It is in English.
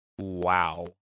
Wow